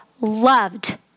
loved